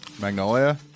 Magnolia